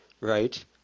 right